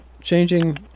changing